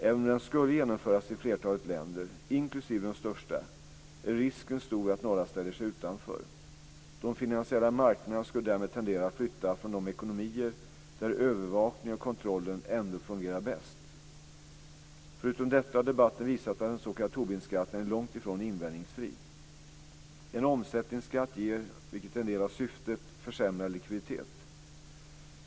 Även om den skulle genomföras i flertalet länder, inklusive de största, är risken stor att några ställer sig utanför. De finansiella marknaderna skulle därmed tendera att flytta från de ekonomier där övervakningen och kontrollen ändå fungerar bäst. Förutom detta har debatten visat att den s.k. Tobinskatten är långt ifrån invändningsfri. En omsättningsskatt ger, vilket är en del av syftet, försämrad likviditet.